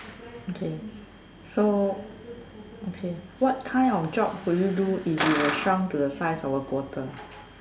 okay so okay what kind of job would you do if you were shrunk to the size of a quarter